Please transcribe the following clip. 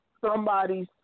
somebody's